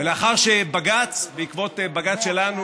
ולאחר שבג"ץ, בעקבות בג"ץ שלנו,